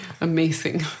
Amazing